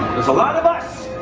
there's a lot of us,